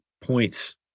points